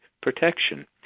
protection